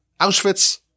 Auschwitz